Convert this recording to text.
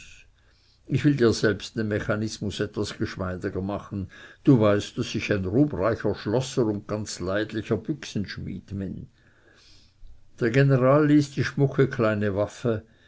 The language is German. ich will dir selbst den mechanismus etwas geschmeidiger machen du weißt daß ich ein ruhmreicher schlosser und ganz leidlicher büchsenschmied bin der general ließ die schmucke kleine waffe